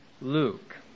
Luke